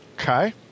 Okay